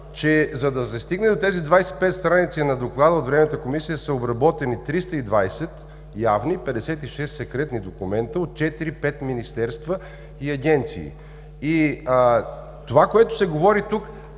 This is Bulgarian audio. че за да се стигне до тези 25 страници на Доклада от Временната комисия, са обработени 320 явни и 56 секретни документа от четири-пет министерства и агенции. Това, което се говори тук